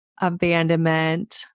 abandonment